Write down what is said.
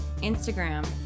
instagram